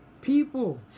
people